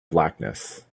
blackness